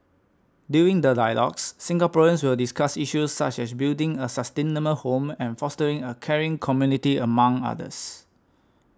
during the dialogues Singaporeans will discuss issues such as building a sustainable home and fostering a caring community among others